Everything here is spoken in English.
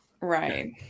right